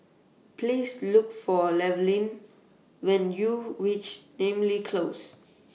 Please Look For Llewellyn when YOU REACH Namly Close